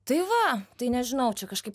tai va tai nežinau čia kažkaip